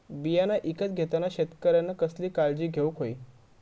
बियाणा ईकत घेताना शेतकऱ्यानं कसली काळजी घेऊक होई?